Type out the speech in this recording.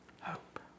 hope